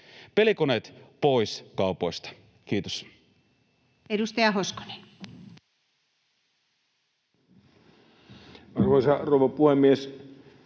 Pelikoneet pois kaupoista! — Kiitos. Edustaja Hoskonen. Arvoisa rouva puhemies!